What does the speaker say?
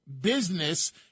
business